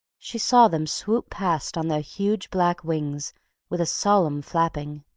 she saw them swoop past on their huge black wings with a solemn flapping.